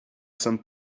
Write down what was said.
sommes